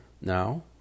Now